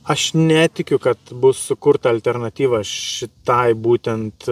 aš netikiu kad bus sukurta alternatyva šitai būtent